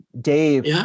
Dave